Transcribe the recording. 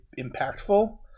impactful